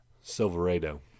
Silverado